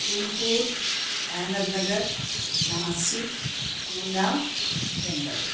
तुङ्कूर् Ahmednagar Nashik Poona Bengaluru